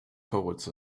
towards